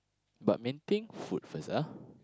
but main thing food first ah